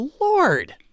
Lord